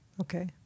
Okay